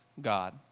God